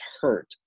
hurt